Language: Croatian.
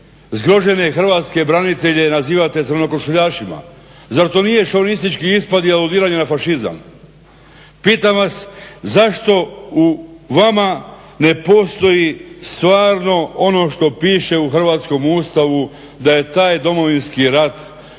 Zgrožene hrvatske branitelje nazivate crnokošuljašima. Zar to nije šovinistički ispad i aludiranje na fašizam? Pitam vas zašto u vama ne postoji stvarno ono što piše u Hrvatskom ustavu da je taj Domovinski rat bio